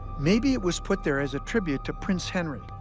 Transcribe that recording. maybe it was put there as a tribute to prince henry,